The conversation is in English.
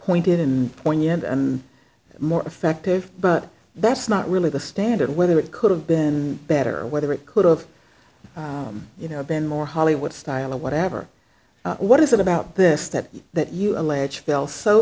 pointed in poignant and more effective but that's not really the standard whether it could have been better whether it could have you know been more hollywood style or whatever what is it about this that that you